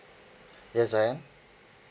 yes I am